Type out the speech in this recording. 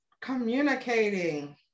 communicating